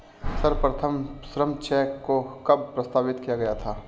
सर्वप्रथम श्रम चेक को कब प्रस्तावित किया गया था?